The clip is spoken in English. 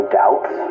doubts